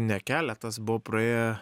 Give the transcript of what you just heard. ne keletas buvo praėję